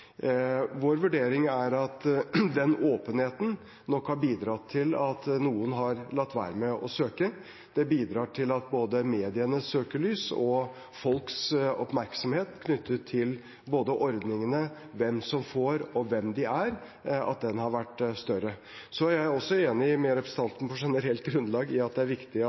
Vår vurdering er at den åpenheten nok har bidratt til at noen har latt være å søke. Det bidrar til at både medienes søkelys og folks oppmerksomhet knyttet til ordningene, hvem som får, og hvem de er, har vært større. Jeg er på generelt grunnlag enig med representanten i at det er viktig